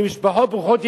למשפחות ברוכות ילדים,